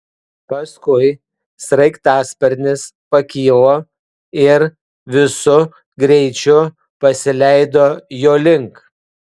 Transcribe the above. paskui sraigtasparnis pakilo ir visu greičiu pasileido jo link